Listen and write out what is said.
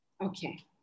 Okay